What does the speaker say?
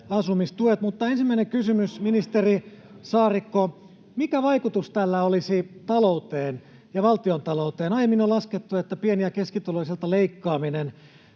Ensimmäinen kysymys, ministeri Saarikko: mikä vaikutus tällä olisi talouteen ja valtiontalouteen? Aiemmin on laskettu, että pieni- ja keskituloisilta leikkaaminen